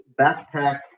backpack